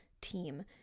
team